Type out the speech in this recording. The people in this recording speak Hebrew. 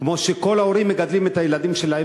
כמו שכל ההורים מגדלים את הילדים שלהם,